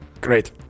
great